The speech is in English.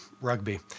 rugby